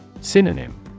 Synonym